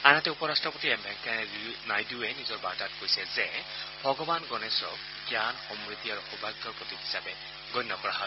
আনহাতে উপ ৰট্টপতি এম ভেংকায়া নাইডুৱে নিজৰ বাৰ্তাত কৈছে যে ভগৱান গণেশক জ্ঞান সমদ্ধি আৰু সৌভাগ্যৰ প্ৰতীক হিচাপে গণ্য কৰা হয়